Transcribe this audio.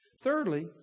Thirdly